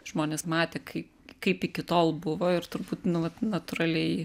žmonės matė kai kaip iki tol buvo ir turbūt nu vat natūraliai